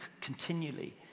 continually